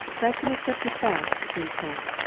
that's an accepted fact, agreed polke.